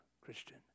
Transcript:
Christian